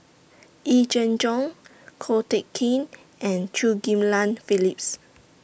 Yee Jenn Jong Ko Teck Kin and Chew Ghim Lian Phillips